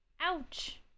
Ouch